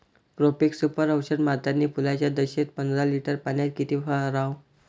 Profex Super औषध मारतानी फुलाच्या दशेत पंदरा लिटर पाण्यात किती फवाराव?